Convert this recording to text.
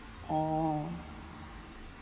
oh